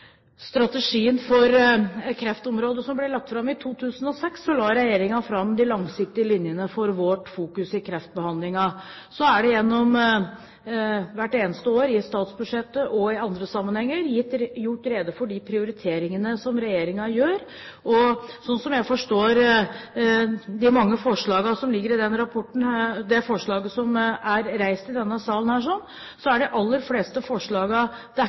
strategien for kreftområdet som ble lagt fram i 2006, la regjeringen fram de langsiktige linjene for vårt fokus i kreftbehandlingen. Så er det hvert eneste år gjennom statsbudsjettet og i andre sammenhenger gjort rede for de prioriteringene som regjeringen gjør. Slik jeg forstår de mange forslagene som ligger i den rapporten, og det forslaget som er reist i denne salen, er de aller fleste